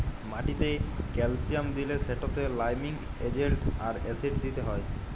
মাটিতে ক্যালসিয়াম দিলে সেটতে লাইমিং এজেল্ট আর অ্যাসিড দিতে হ্যয়